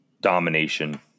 domination